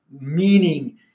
meaning